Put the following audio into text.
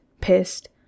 pissed